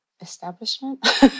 establishment